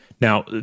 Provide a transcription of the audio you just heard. Now